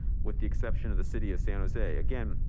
with the exception of the city of san jose, again,